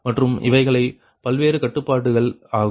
மற்றும் இவைகளே பல்வேறு கட்டுப்பாடுகள் ஆகும்